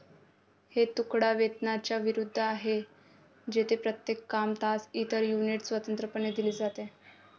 हे तुकडा वेतनाच्या विरुद्ध आहे, जेथे प्रत्येक काम, तास, इतर युनिट स्वतंत्रपणे दिले जाते